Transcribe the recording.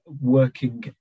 working